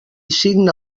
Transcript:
signa